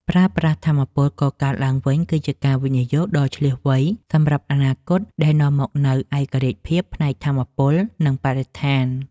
ប្រើប្រាស់ថាមពលកកើតឡើងវិញគឺជាការវិនិយោគដ៏ឈ្លាសវៃសម្រាប់អនាគតដែលនាំមកនូវឯករាជ្យភាពផ្នែកថាមពល និង បរិស្ថាន។